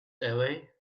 away